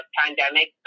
pandemic